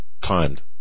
timed